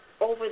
over